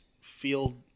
feel